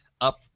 up